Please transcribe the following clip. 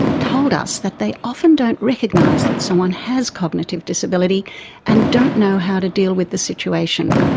told us that they often don't recognise that someone has cognitive disability and don't know how to deal with the situation.